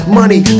money